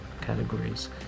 categories